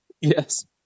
Yes